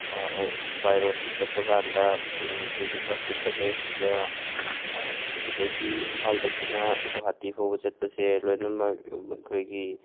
ꯕꯥꯏ ꯔꯣꯠꯇ ꯆꯠꯄ ꯀꯥꯟꯗ ꯑꯩꯈꯣꯏꯒꯤ ꯕꯁꯇ ꯆꯠꯂꯦ ꯑꯗ ꯁꯤꯗꯒꯤ ꯏꯝꯐꯥꯜꯗꯒꯤꯅ ꯒꯨꯍꯥꯇꯤ ꯐꯥꯎꯕ ꯆꯠꯄꯁꯦ ꯂꯣꯏꯅꯃꯛ ꯑꯩꯈꯣꯏꯒꯤ